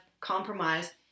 compromise